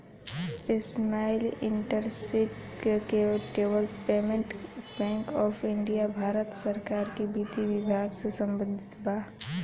small industries development bank of India Bharat सरकार के विधि विभाग से संबंधित बा